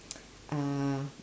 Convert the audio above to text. uh